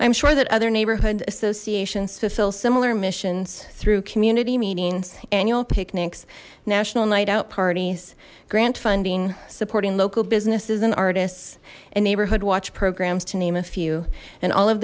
i'm sure that other neighborhood associations fulfill similar missions through community meetings annual picnics national night out parties grant funding supporting local businesses and artists and neighborhood watch programs to name a few and all of